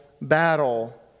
battle